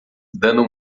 dando